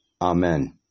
Amen